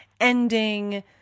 ending